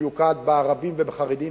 שממוקד בערבים ובחרדים,